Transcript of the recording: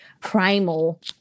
primal